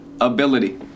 ability